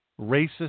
racist